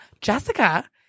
Jessica